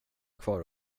kvar